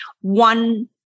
one